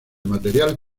material